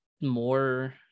more